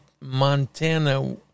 Montana